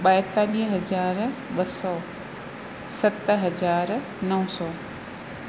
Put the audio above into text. ॿाएतालीह हज़ार ॿ सौ सत हज़ार नौ सौ